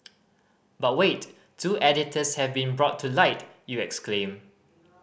but wait two editors have been brought to light you exclaim